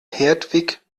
hertwig